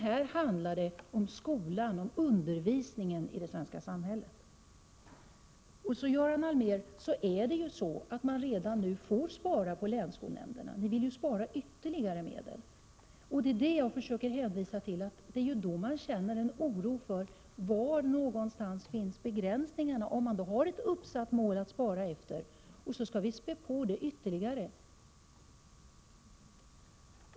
Här handlar det om skolan och undervisningen i det svenska samhället. Det är ju så, Göran Allmér, att man på länsskolnämnderna redan nu får spara. Ni vill ju spara ytterligare medel. Det är då man känner en oro för var någonstans begränsningarna finns, om vi har ett mål för besparingarna men man vill spä på det ytterligare.